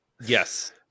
Yes